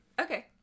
Okay